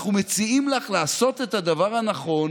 אנחנו מציעים לך לעשות את הדבר הנכון